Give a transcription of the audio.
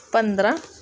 ਪੰਦਰ੍ਹਾਂ